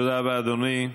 תודה רבה, אדוני.